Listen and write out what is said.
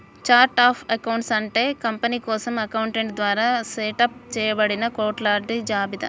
chart of accounts అంటే company కోసం accountant ద్వారా సెటప్ చేయబడిన అకొంట్ల జాబితా